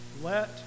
Let